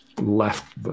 left